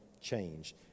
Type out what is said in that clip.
change